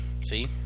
see